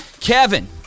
Kevin